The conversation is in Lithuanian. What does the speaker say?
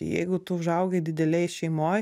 jeigu tu užaugai didelėj šeimoj